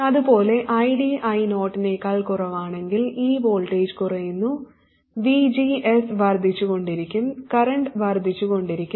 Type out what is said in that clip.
അതുപോലെ ID I0 നേക്കാൾ കുറവാണെങ്കിൽ ഈ വോൾട്ടേജ് കുറയുന്നു VGS വർദ്ധിച്ചുകൊണ്ടിരിക്കും കറന്റ് വർദ്ധിച്ചുകൊണ്ടിരിക്കും